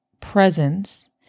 presence